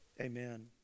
Amen